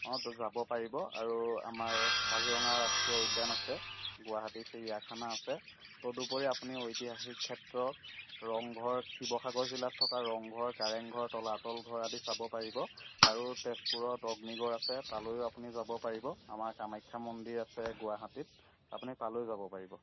অ'তো যাব পাৰিব আৰু আমাৰ কাজিৰঙা ৰাষ্ট্ৰীয় উদ্যান আছে গুৱাহাটীত চিৰিয়াখানা আছে তদুপৰি আপুনি ঐতিহাসিক ক্ষেত্ৰ ৰংঘৰ শিৱসাগৰ জিলাত থকা ৰংঘৰ কাৰেংঘৰ তলাতল ঘৰ আদি চাব পাৰিব আৰু তেজপুৰত অগ্নিগড় আছে তালৈও আপুনি যাব পাৰিব আমাৰ কামাখ্যা মন্দিৰ আছে গুৱাহাটীত আপুনি তালৈও যাব পাৰিব